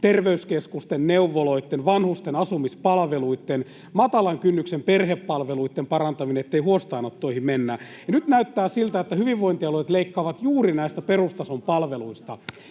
terveyskeskusten, neuvoloitten, vanhusten asumispalveluitten ja matalan kynnyksen perhepalveluitten parantaminen, ettei huostaanottoihin mennä, ja nyt näyttää siltä, että hyvinvointialueet leikkaavat juuri näistä perustason palveluista.